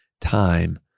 time